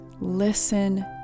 Listen